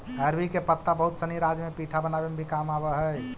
अरबी के पत्ता बहुत सनी राज्य में पीठा बनावे में भी काम आवऽ हई